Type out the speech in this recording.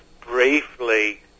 briefly